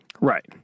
Right